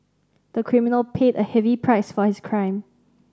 the criminal paid a heavy price for his crime